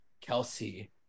Kelsey